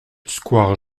square